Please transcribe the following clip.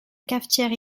cafetière